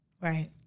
Right